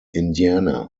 indiana